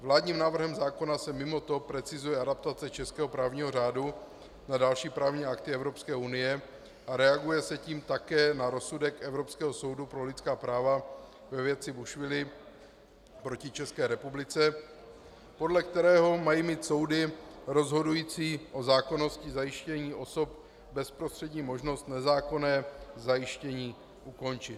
Vládním návrhem zákona se mimoto precizuje adaptace českého právního řádu na další právní akty Evropské unie a reaguje se tím také na rozsudek Evropského soudu pro lidská práva ve věci Buishvili proti České republice, podle kterého mají mít soudy rozhodující o zákonnosti zajištění osob bezprostřední možnost nezákonné zajištění ukončit.